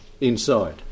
inside